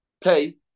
pay